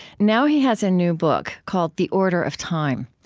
now he has a new book called the order of time.